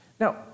Now